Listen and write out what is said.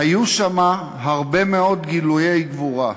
היו שם הרבה מאוד גילויי גבורה.